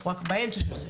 אנחנו רק באמצע של זה